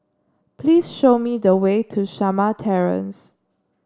please show me the way to Shamah Terrace